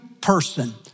person